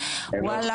וואלה.